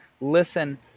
listen